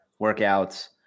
Workouts